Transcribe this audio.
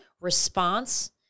response